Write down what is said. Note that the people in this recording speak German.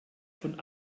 von